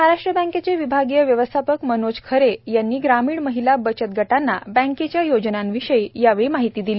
महाराष्ट्र बँकेचे विभागीय व्यवस्थापक मनोज करे यांनी ग्रामीण महिला बचत गटांना बँकेच्या योजनांविषयी सविस्तर माहिती दिली